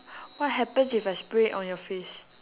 what happens if I spray it on your face